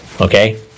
Okay